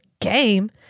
game